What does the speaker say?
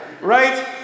Right